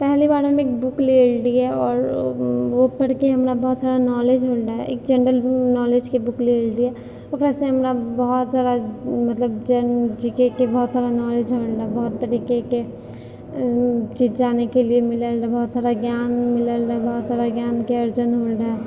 पहिले बार हम एक बुक लेल रहियै आओर बुक पढ़िके हमरा बहुत सारा नॉलेज भेल रहै एक जनरल नॉलेजके बुक लेले रहियै ओकरा से हमरा बहुत सारा मतलब जी के के बहुत सारा नॉलेज भेल रहऽ बहुत तरीकाकेँ जे जानैके लिए मिलल रहऽ बहुत सारा ज्ञान मिलल रहै बहुत सारा ज्ञानके अर्जन होल रहऽ